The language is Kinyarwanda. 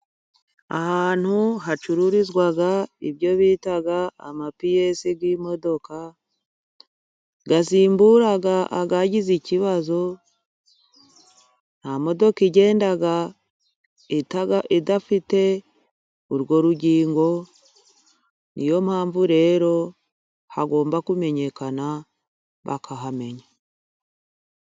Ahantu hacururizwa ibyo bita amapiyesi y'imodoka asimbura ayagize ikibazo, nta modoka igenda idafite urwo rugingo, niyo mpamvu rero hagomba kumenyekana bakahamenya.